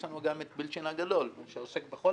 יש לנו גם את מילצ'ן הגדול שעוסק בכל